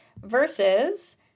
Versus